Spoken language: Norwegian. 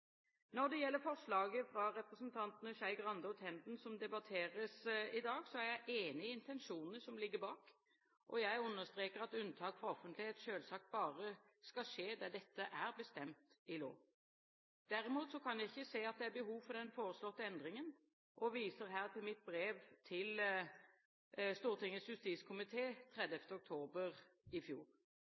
Når det gjelder forslaget fra representantene Skei Grande og Tenden som debatteres i dag, er jeg enig i intensjonene som ligger bak, og jeg understreker at unntak fra offentlighet selvsagt bare skal skje der dette er bestemt i lov. Derimot kan jeg ikke se at det er behov for den foreslåtte endringen. Jeg viser her til mitt brev til Stortingets justiskomité 30. oktober i fjor.